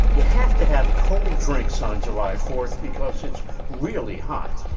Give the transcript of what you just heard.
you have to have cold drinks on july fourth because it's really hot.